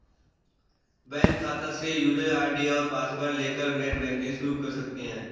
bank शाखा से user ID और पॉसवर्ड लेकर नेटबैंकिंग शुरू कर सकते है